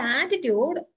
attitude